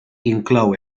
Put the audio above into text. inclou